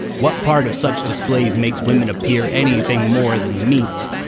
what part of such displays makes women appear anything more than meet?